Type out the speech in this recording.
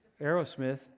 Aerosmith